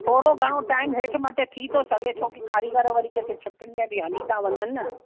थोरो घणो टाइम हेठि मथे थी थो सघे छोकि कारीगर वरी किथे छुटियुनि में बि हली था वञनि न